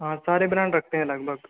हाँ सारे ब्रांड रखते है लगभग